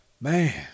Man